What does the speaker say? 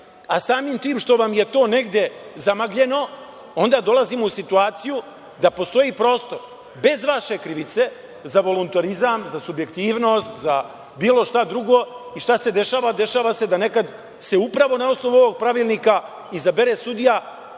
Samim tim što vam je to negde zamagljeno, onda dolazimo u situaciju da postoji prostor, bez vaše krivice za voluntarizam, za subjektivnost, za bilo šta drugo. Šta se dešava? Dešava se da nekad se upravo na osnovu ovog Pravilnika izabere sudija